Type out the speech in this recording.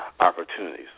opportunities